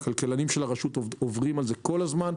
הכלכלנים של הרשות עוברים על זה כל הזמן,